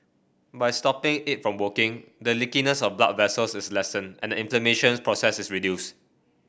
by stopping it from working the leakiness of blood vessels is lessened and the inflammations process is reduced